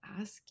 ask